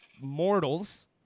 mortals